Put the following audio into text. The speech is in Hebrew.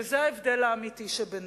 וזה ההבדל האמיתי שבינינו.